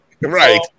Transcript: Right